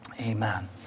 Amen